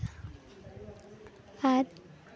ᱟᱨ